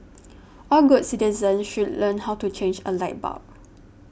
all good citizens should learn how to change a light bulb